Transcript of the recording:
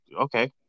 okay